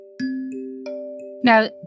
Now